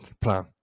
plan